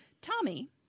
Tommy